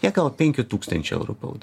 jie gavo penkių tūkstančių eurų bauda